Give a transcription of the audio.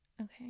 okay